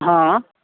હં